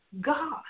God